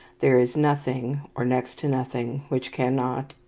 there is nothing, or next to nothing, which cannot,